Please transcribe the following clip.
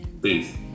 Please